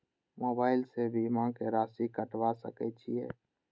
Mobile से बीमा के राशि कटवा सके छिऐ?